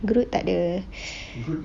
groot takde